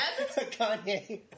Kanye